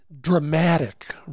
dramatic